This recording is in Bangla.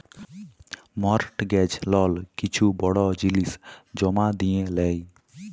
মর্টগেজ লল কিছু বড় জিলিস জমা দিঁয়ে লেই